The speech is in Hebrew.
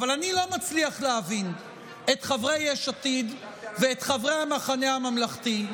אבל אני לא מצליח להבין את חברי יש עתיד ואת חברי המחנה הממלכתי,